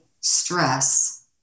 stress